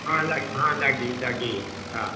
ਹਾਂ ਲਾ ਹਾਂ ਲਾਗੇ ਹੀ ਲਾਗੇ ਹਾਂ